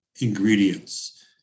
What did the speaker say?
ingredients